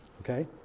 Okay